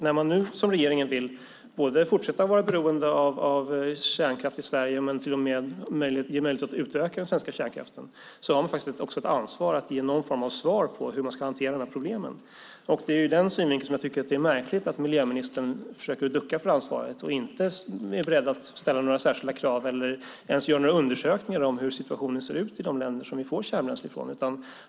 När man nu som regeringen vill både fortsätta att vara beroende av kärnkraft i Sverige och till och med ge möjlighet att utöka den svenska kärnkraften har man faktiskt också ett ansvar att ge någon form av svar på frågan hur man ska hantera problemen. Det är ur denna synvinkel jag tycker att det är märkligt att miljöministern försöker ducka för ansvaret och inte är beredd att ställa några särskilda krav eller ens göra några undersökningar om hur situationen ser ut i de länder vi får kärnbränsle ifrån.